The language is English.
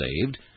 saved